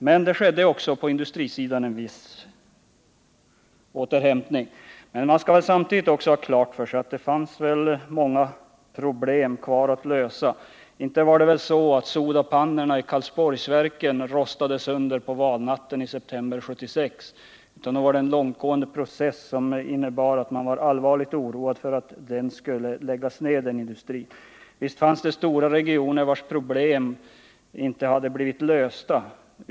Men det skedde också på industrisidan en viss återhämtning. Men man skall samtidigt ha klart för sig att det fanns många problem kvar att lösa. Inte rostade väl sodapannorna i Karlsborgsverken sönder på valnatten i september 1976? Nej, det var en långtgående process, som innebar att man var allvarligt oroad för att den industrin skulle läggas ner. Visst fanns det stora regioner vars problem inte hade blivit lösta.